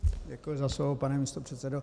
Děkuji za slovo, pane místopředsedo.